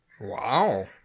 Wow